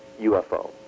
UFO